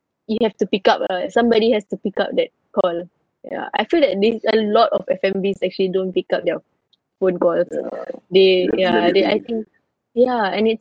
you have to pick up ah somebody has to pick up that call ya I feel that there's a lot of F&Bs actually don't pick up their phone call they ya they I think ya and it